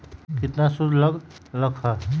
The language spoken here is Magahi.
केतना सूद लग लक ह?